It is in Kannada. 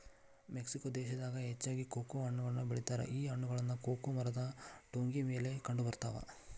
ಮೆಕ್ಸಿಕೊ ದೇಶದಾಗ ಹೆಚ್ಚಾಗಿ ಕೊಕೊ ಹಣ್ಣನ್ನು ಬೆಳಿತಾರ ಈ ಹಣ್ಣುಗಳು ಕೊಕೊ ಮರದ ಟೊಂಗಿ ಮೇಲೆ ಕಂಡಬರ್ತಾವ